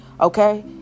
okay